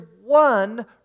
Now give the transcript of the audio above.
one